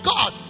God